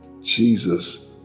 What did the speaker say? Jesus